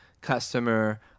customer